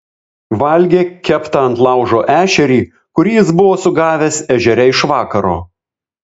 valgė keptą ant laužo ešerį kurį jis buvo sugavęs ežere iš vakaro